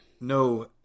no